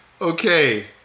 okay